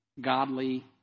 godly